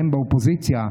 אתם באופוזיציה,